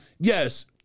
yes